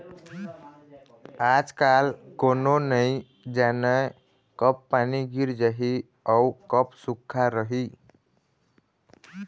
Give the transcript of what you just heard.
आजकाल कोनो नइ जानय कब पानी गिर जाही अउ कब सुक्खा रही